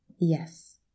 Yes